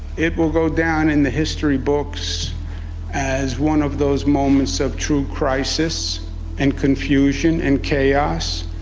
it will go down in the history books as one of those moments of true crisis and confusion and chaos.